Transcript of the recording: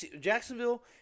Jacksonville